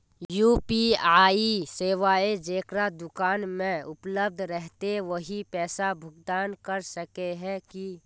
UPI सेवाएं जेकरा दुकान में उपलब्ध रहते वही पैसा भुगतान कर सके है की?